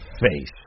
face